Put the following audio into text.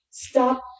stop